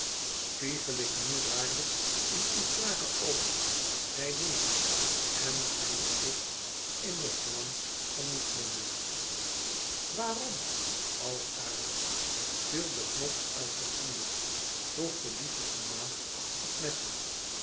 spiegel ik nu waarlijk in uw klare oogen mij weêr en kniel ik in den glans van uw glimlach waarom alkaïos viel de knots uit je handen vroeg de lieflijke maagd admete